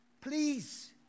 Please